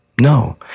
No